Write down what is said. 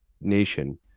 nation